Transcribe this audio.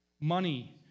Money